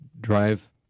drive